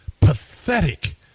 pathetic